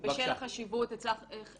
אין דבר כזה 100 אחוזי מענק.